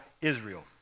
Israel